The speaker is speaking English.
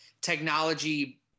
technology